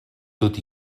tot